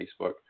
Facebook